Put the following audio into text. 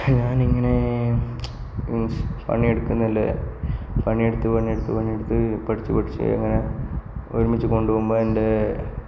ഞാനിങ്ങനെ പണിയെടുക്കുന്നതില്ലേ പണിയടുത്ത് പണിയടുത്ത് പണിയടുത്ത് പഠിച്ച് പഠിച്ച് അങ്ങനെ ഒരുമിച്ചു കൊണ്ടുപോകുമ്പം എൻറെ